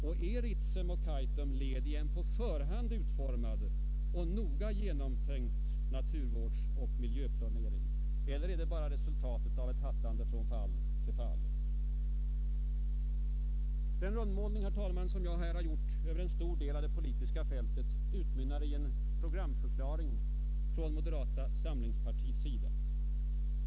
Och är Ritsemoch Kaitumprojekten led i en på förhand utformad och noga genomtänkt naturvårdsoch miljöplanering eller är de bara resultat Den rundmålning som jag här har gjort över en stor del av det politiska fältet utmynnar, herr talman, i en programförklaring från moderata samlingspartiets sida.